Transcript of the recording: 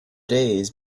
days